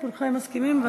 כולכם מסכימים?